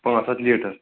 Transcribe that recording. پانٛژ ہتھ لیٖٹر